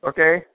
Okay